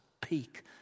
peak